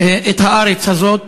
את הארץ הזאת,